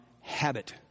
habit